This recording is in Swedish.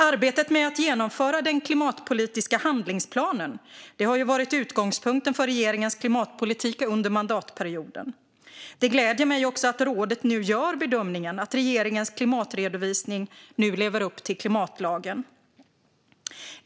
Arbetet med att genomföra den klimatpolitiska handlingsplanen har varit utgångspunkten för regeringens klimatpolitik under mandatperioden. Det gläder mig också att rådet nu gör bedömningen att regeringens klimatredovisning nu lever upp till klimatlagen.